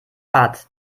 art